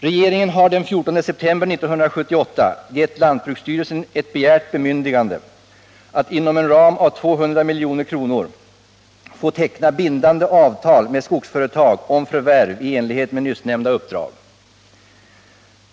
Regeringen har den 14 december 1978 gett lantbruksstyrelsen ett begärt bemyndigande att inom en ram av 200 milj.kr. teckna bindande avtal med skogsföretag om förvärv i enlighet med nyssnämnda uppdrag.